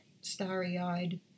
starry-eyed